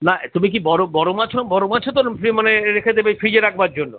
না তুমি কি বড়ো বড়ো মাছও বড়ো মাছও তার সে মানে রেখে দেবে ফ্রিজে রাখবার জন্য